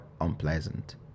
unpleasant